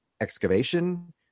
excavation